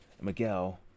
Miguel